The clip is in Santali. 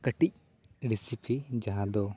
ᱠᱟᱹᱴᱤᱡ ᱨᱤᱥᱤᱯᱤ ᱡᱟᱦᱟᱸ ᱫᱚ